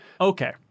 Okay